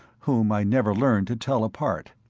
whom i never learned to tell apart.